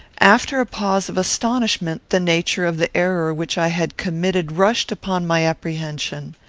after a pause of astonishment, the nature of the error which i had committed rushed upon my apprehension.